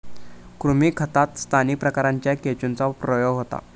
कृमी खतात स्थानिक प्रकारांच्या केंचुचो प्रयोग होता